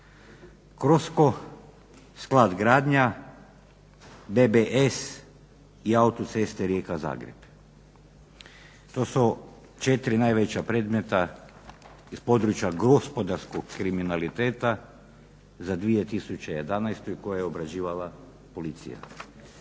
CROSCO, Sklad gradnja, BBS i Autoceste Rijeka-Zagreb. To su četiri najveća predmeta iz područja gospodarskog kriminaliteta za 2011. koje je obrađivala policija.